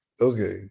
Okay